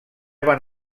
van